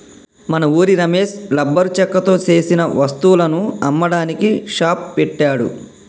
మన ఉరి రమేష్ లంబరు చెక్కతో సేసిన వస్తువులను అమ్మడానికి షాప్ పెట్టాడు